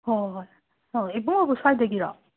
ꯍꯣꯏ ꯍꯣꯏ ꯏꯕꯨꯡꯉꯣꯕꯨ ꯁ꯭ꯋꯥꯏꯗꯒꯤꯔꯣ